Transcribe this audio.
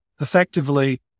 effectively